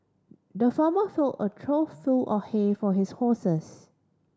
the farmer filled a trough full of hay for his horses